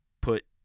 put